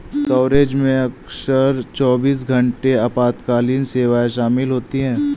coverage में अक्सर चौबीस घंटे आपातकालीन सेवाएं शामिल होती हैं